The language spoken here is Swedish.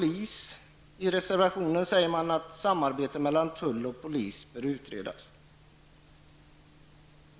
I reservationen framhåller man att samarbetet mellan tull och polis bör utredas.